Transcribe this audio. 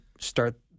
start